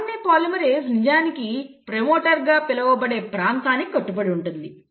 RNA polymerase నిజానికి ప్రమోటర్గా పిలువబడే ప్రాంతానికి కట్టుబడి ఉంటుంది